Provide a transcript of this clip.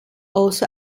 also